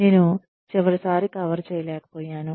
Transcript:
నేను చివరిసారి కవర్ చేయలేకపోయాను